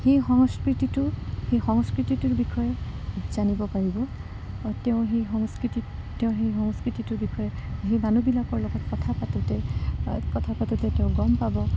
সেই সংস্কৃতিটোৰ সেই সংস্কৃতিটোৰ বিষয়ে জানিব পাৰিব তেওঁ সেই সংস্কৃতিত তেওঁ সেই সংস্কৃতিটোৰ বিষয়ে সেই মানুহবিলাকৰ লগত কথা পাতোঁতে কথা পাতোঁতে তেওঁ গম পাব